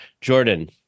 Jordan